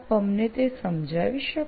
આપ અમને તે સમજાવી શકો